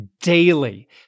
daily